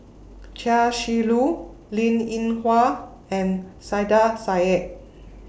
Chia Shi Lu Linn in Hua and Saiedah Said